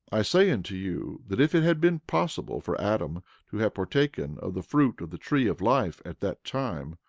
i say unto you that if it had been possible for adam to have partaken of the fruit of the tree of life at that time,